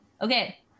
Okay